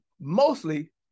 mostly